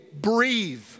breathe